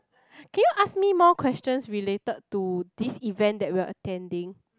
can you ask me more questions related to this event that we are attending